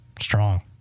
Strong